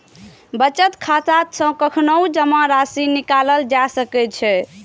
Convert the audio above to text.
बचत खाता सं कखनहुं जमा राशि निकालल जा सकै छै